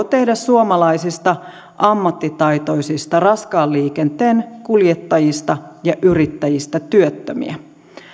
tehdä suomalaisista ammattitaitoisista raskaan liikenteen kuljettajista ja yrittäjistä työttömiä